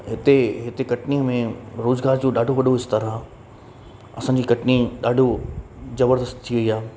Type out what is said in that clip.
हिते कटनीअ में रोज़गार जो ॾाढो वॾो स्तर आहे असांजी कटनी ॾाढो ज़बरदस्त थी वई आहे